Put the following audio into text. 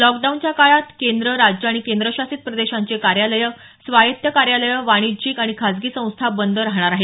लॉकडाऊनच्या काळात केंद्र राज्य आणि केंद्रशासित प्रदेशांचे कार्यालयं स्वायत्त कार्यालयं वाणिज्यिक आणि खासगी संस्था बंद राहणार आहेत